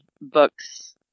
books